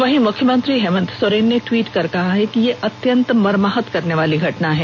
वहीं मुख्यमंत्री हेमंत सोरेन ने ट्वीट किया है कि यह अत्यंत मर्माहत करने वाली घटना है